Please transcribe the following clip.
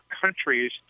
countries